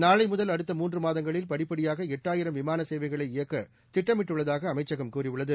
நாளை முதல் அடுத்த மூன்று மாதங்களில் படிப்படியாக எட்டாயிரம் விமான சேவைகளை இயக்க திட்டமிட்டுள்ளதாக அமைச்சகம் கூறியுள்ளது